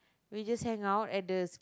we just hang out at the